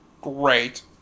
great